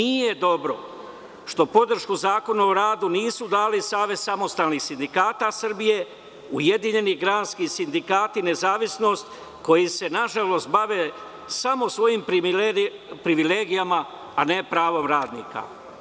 Nije dobro što podršku Zakonu o radu nisu dali Savez samostalnih sindikata Srbije, Ujedinjeni granski sindikati „Nezavisnost“, koji se nažalost bave samo svojim privilegijama a ne pravom radnika.